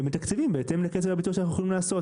אנחנו מתקצבים בהתאם לקצב הביצוע שאנחנו יכולים לעשות.